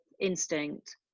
instinct